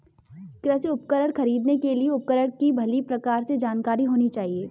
कृषि उपकरण खरीदने के लिए उपकरण की भली प्रकार से जानकारी होनी चाहिए